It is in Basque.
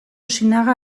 osinaga